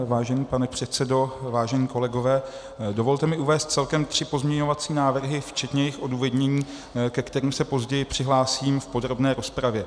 Vážený pane předsedo, vážení kolegové, dovolte mi uvést celkem tři pozměňovací návrhy včetně jejích odůvodnění, ke kterým se později přihlásím v podrobné rozpravě.